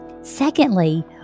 Secondly